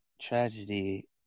tragedy